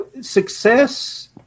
success